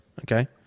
okay